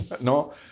no